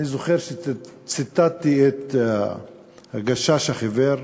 אני זוכר שציטטתי את "הגשש החיוור",